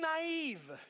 naive